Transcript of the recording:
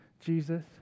Jesus